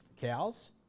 Cows